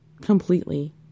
completely